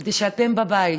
כדי שאתם בבית